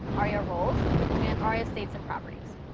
aria roles and aria states and properties.